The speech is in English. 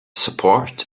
support